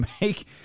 make